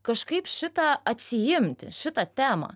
kažkaip šitą atsiimti šitą temą